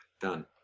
Done